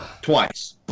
twice